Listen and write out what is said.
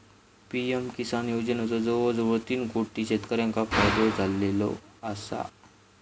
PM Kisan योजनेचो जवळजवळ तीन कोटी शेतकऱ्यांका फायदो झालेलो आसा